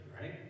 right